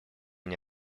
мне